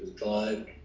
God